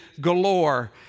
galore